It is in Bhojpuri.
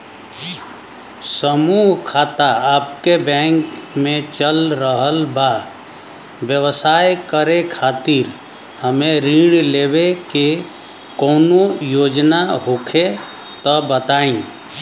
समूह खाता आपके बैंक मे चल रहल बा ब्यवसाय करे खातिर हमे ऋण लेवे के कौनो योजना होखे त बताई?